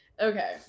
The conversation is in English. okay